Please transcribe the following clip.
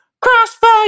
Crossfire